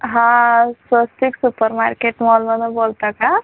हां फस्किट सुपरमार्केट मॉलमधून बोलता का